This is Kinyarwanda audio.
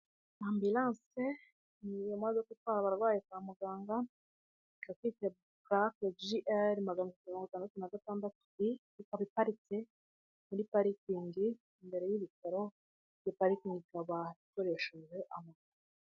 Ambulanse ni iyo modoka itwara abarwayi kwa muganga, ikaba ifite purake gl magana mirongo itandatu nagatandatu i ikaba iparitse muri parikingi imbere y'ibitaro bi parikini ikaba ikoreshejwe amabuye.